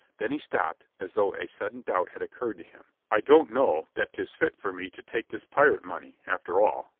then he stopped, as though a sudden doubt had occurred to him. i don't know that tis fit for me to take this pirate money, after all,